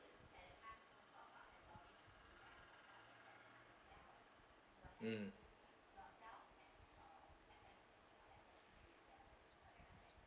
mm